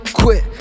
quit